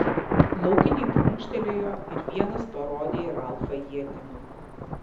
laukiniai prunkštelėjo ir vienas parodė į ralfą ietimi